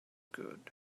good